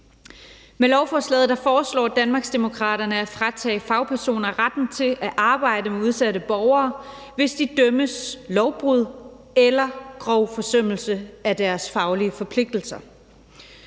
Med lovforslaget foreslår Danmarksdemokraterne at fratage fagpersoner retten til at arbejde med udsatte borgere, hvis de dømmes for lovbrud eller udviser grov forsømmelse af deres faglige forpligtelser.